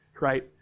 right